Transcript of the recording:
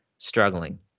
struggling